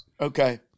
Okay